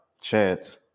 chance